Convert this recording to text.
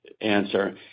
answer